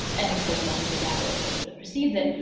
and, of course, the hunter-gatherer culture that precedes that.